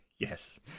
Yes